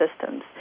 Systems